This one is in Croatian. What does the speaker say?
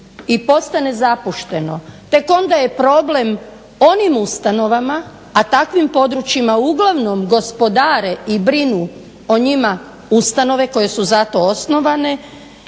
i postane zapušteno tek onda je problem onim ustanovama, a takvim područjima uglavnom gospodare i brinu o njima ustanove koje su za to osnovane,